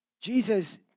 Jesus